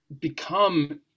become